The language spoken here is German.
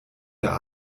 der